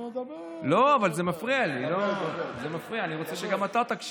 זה מפריע, אני רוצה שגם אתה תקשיב.